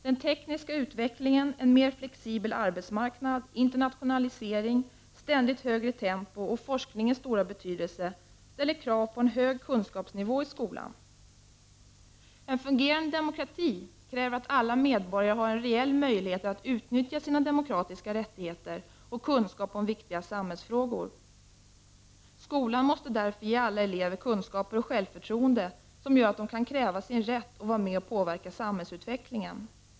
Den tekniska utvecklingen, en mer flexibel arbetsmarknad, internationalisering, ett ständigt högre tempo och forskningens stora betydelse ställer krav på en hög kunskapsnivå i skolan. En fungerande demokrati kräver att alla medborgare har en reell möjlighet att utnyttja sina demokratiska rättigheter och kunskaper om viktiga samhällsfrågor. Skolan måste därför ge alla elever kunskaper och självförtroende som gör att de kan kräva sin rätt och vara med och påverka samhällsutvecklingen.